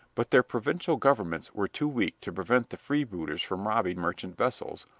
but their provincial governments were too weak to prevent the freebooters from robbing merchant vessels,